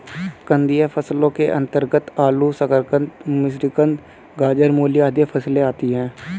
कंदीय फसलों के अंतर्गत आलू, शकरकंद, मिश्रीकंद, गाजर, मूली आदि फसलें आती हैं